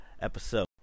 episode